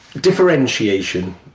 differentiation